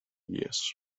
years